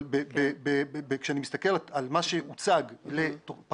אבל כשאני מסתכל על מה שהוצג בפריס,